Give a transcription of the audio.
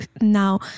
now